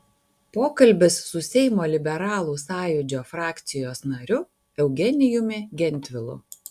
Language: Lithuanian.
pokalbis su seimo liberalų sąjūdžio frakcijos nariu eugenijumi gentvilu